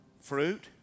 Fruit